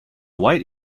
wide